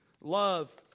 love